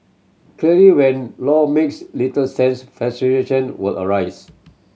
clearly when law makes little sense frustration were arise